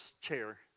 chair